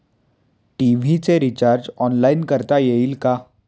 TV चे recharge online करता येईल का?